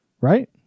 right